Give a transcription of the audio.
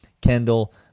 Kendall